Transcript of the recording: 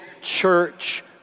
church